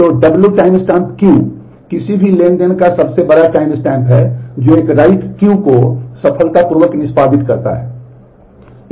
तो w timestamp Q किसी भी ट्रांज़ैक्शन का सबसे बड़ा टाइमस्टैम्प है जो एक write Q को सफलतापूर्वक निष्पादित करता है